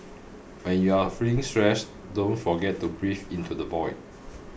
when you are feeling stressed don't forget to breathe into the void